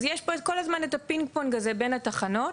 יש פה כל הזמן את הפינג-פונג הזה בין התחנות.